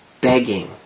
begging